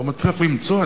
מצליח למצוא.